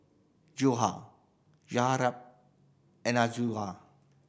Joyah Zaynab and Amirah